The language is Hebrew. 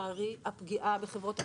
הסדר התחרות החדש של גוש דן --- של חברת דן,